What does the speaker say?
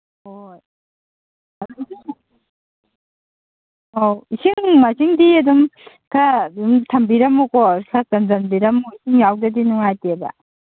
ꯍꯣꯏ ꯑꯧ ꯏꯁꯤꯡ ꯃꯥꯏꯁꯤꯡꯗꯤ ꯑꯗꯨꯝ ꯈꯔ ꯑꯗꯨ ꯊꯝꯕꯤꯔꯝꯃꯨꯀꯣ ꯈꯔ ꯀꯟꯁꯟꯕꯤꯔꯝꯃꯣ ꯏꯁꯤꯡ ꯌꯥꯎꯗ꯭ꯔꯗꯤ ꯅꯨꯡꯉꯥꯏꯇꯦꯕ